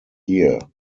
here